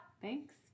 Thanks